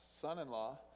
son-in-law